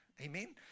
amen